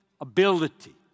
ability